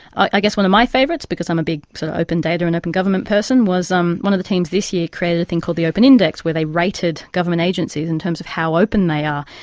i guess one of my favourites, because i'm a big open data and open government person, was um one of the teams this year created a thing called the open index where they rated government agencies in terms of how open they are.